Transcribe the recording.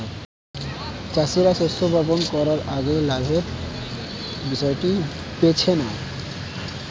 চাষীরা শস্য বপন করার আগে লাভের বিষয়টি বেছে নেয়